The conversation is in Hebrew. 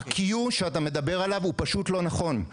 ה-Q שאתה מדבר עליו הוא פשוט לא נכון.